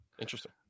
Interesting